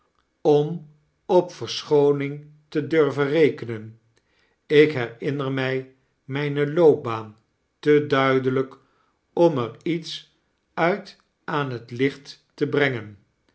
om op verschooning te durven rekenen ik herinner mij mijne loopbaan te duidelijk om er iets uit aan het licht te breagen